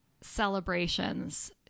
celebrations